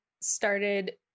started